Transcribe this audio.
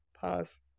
pause